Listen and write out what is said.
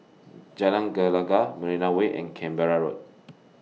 Jalan Gelegar Marina Way and Canberra Road